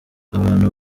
abantu